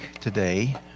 today